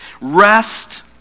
Rest